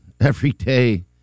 everyday